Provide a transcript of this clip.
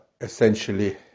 essentially